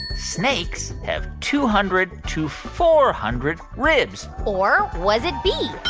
snakes have two hundred to four hundred ribs? or was it b.